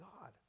God